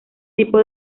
tipo